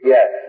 Yes